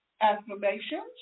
affirmations